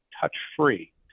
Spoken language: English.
touch-free